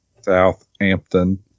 Southampton